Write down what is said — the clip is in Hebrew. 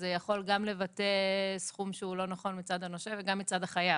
אז זה יכול גם לבטא סכום שהוא לא נכון מצד הנושה וגם מצד החייב,